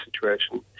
situation